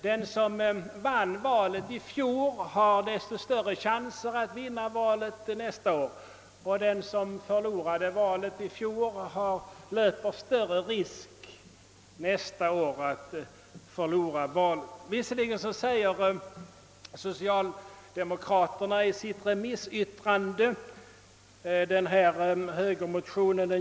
Den som vann valet i fjol har större chanser att vinna nästa val, och den som förlorade valet i fjol löper större risk att förlora nästa val. Föreliggande motioner från moderata samlingspartiet har skickats på remiss till de olika partiernas organisationer.